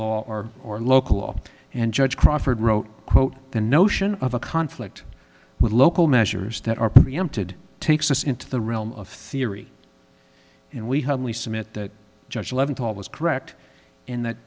law or or local law and judge crawford wrote quote the notion of a conflict with local measures that are preempted takes us into the realm of theory and we humbly submit that judge leventhal was correct in that